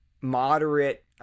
moderate